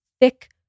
thick